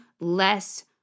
less